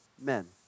men